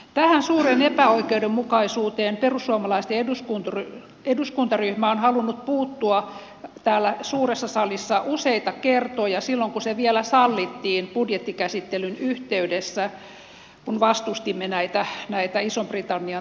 tähän suureen epäoikeudenmukaisuuteen perussuomalaisten eduskuntaryhmä on halunnut puuttua täällä suuressa salissa useita kertoja silloin kun se vielä sallittiin budjettikäsittelyn yhteydessä kun vastustimme näitä ison britannian tukiaisia